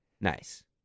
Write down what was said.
nice